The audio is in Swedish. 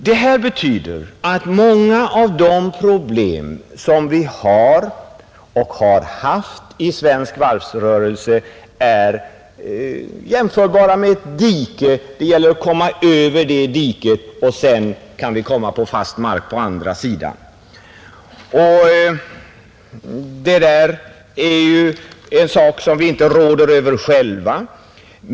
De problem som vi nu har i svensk varvsrörelse är jämförbara med ett dike — det gäller att komma över diket och få fast mark på andra sidan, De internationella förhållandena råder vi inte över.